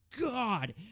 God